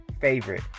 favorite